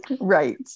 right